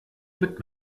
mit